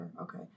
Okay